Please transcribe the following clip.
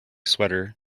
sweater